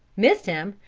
missed him,